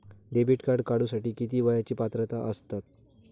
Debit card काढूसाठी किती वयाची पात्रता असतात?